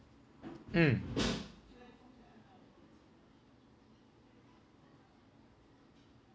mm